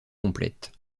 complète